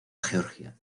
georgia